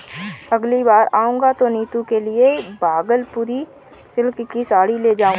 अगली बार आऊंगा तो नीतू के लिए भागलपुरी सिल्क की साड़ी ले जाऊंगा